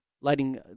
Lighting